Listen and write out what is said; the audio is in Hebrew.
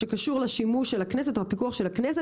שקשור לשימוש של הכנסת או לפיקוח של הכנסת,